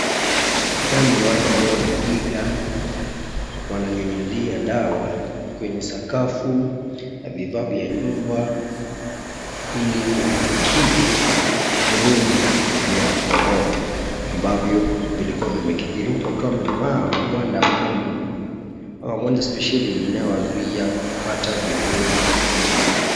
Hawa ni watu ambao wanapiga, wananyunyizia dawa kwenye sakafu na vifaa vya nyumba, ili kukidhi virusi vya korona ambavyo vilikuwa vimekidhiri huku wakiwa wamevaa magwanda maalum au magwanda spesheli inayowazuia kupata virusi hivyo.